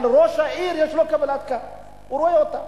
אבל לראש העיר יש קבלת קהל והוא רואה אותם.